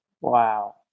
Wow